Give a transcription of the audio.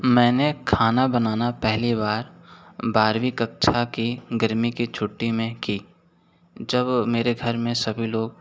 मैंने खाना बनाना पहली बार बारहवीं कक्षा की गर्मी कि छुट्टी में की जब मेरे घर में सभी लोग